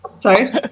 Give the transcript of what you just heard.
sorry